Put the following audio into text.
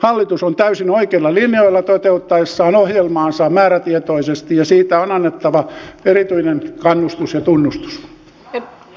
hallitus on täysin oikeilla linjoilla toteuttaessaan ohjelmaansa määrätietoisesti ja siitä on annettava erityinen kannustus ja tunnustus